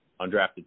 undrafted